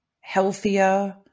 healthier